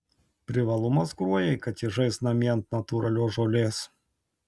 privalumas kruojai kad ji žais namie ant natūralios žolės